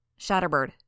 Shatterbird